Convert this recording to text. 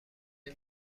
گـم